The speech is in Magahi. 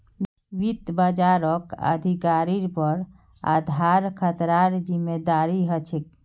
वित्त बाजारक अधिकारिर पर आधार खतरार जिम्मादारी ह छेक